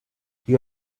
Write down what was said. you